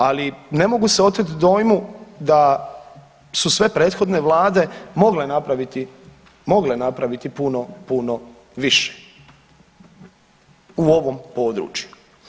Ali ne mogu se otet dojmu da su sve prethodne vlade mogle napraviti puno, puno više u ovom području.